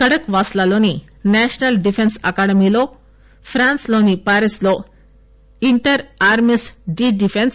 కడక్ వాస్లాలోని national defence అకాడమీలో France లోని పారిస్ లో ఇంటర్ ఆర్మీస్ డి డిఫెన్స్